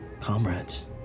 comrades